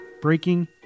breaking